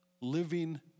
living